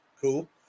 Cool